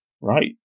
Right